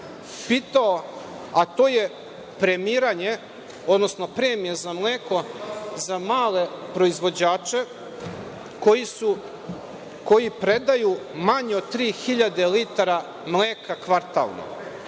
pitao, a to je premiranje odnosno premija za mleko za male proizvođače, koji predaju manje od 3.000 litara mleka kvartalno. Danas